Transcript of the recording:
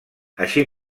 així